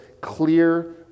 clear